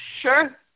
Sure